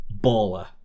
baller